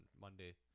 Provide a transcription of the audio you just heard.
Monday